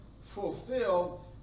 fulfilled